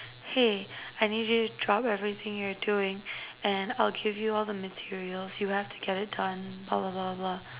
hey I need you to drop everything you're doing and I'll give you all the materials you have to get it done blah blah blah blah blah